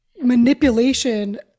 manipulation